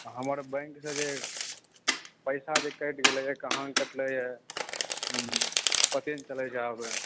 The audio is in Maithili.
हमर बैंकसॅं जे पैसा जे कटि गेलै से कहाँ कटलै हँ पते नहि चलै छै